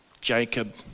Jacob